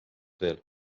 veel